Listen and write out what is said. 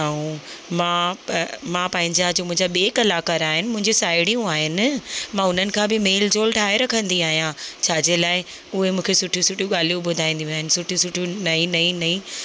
ऐं मां पंहिंजा जो मुंहिंजा ॿिए कलाकार आहिनि जो मुंहिंजूं साहेड़ियूं आहिनि मां उन्हनि खां बि मेल झोल ठाहे रखंदी आहियां छाजे लाइ उहे मूंखे सुठियूं सुठियूं ॻाल्हियूं ॿुधाईंदियूं आहिनि सुठियूं सुठियूं नई नई नई